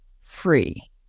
free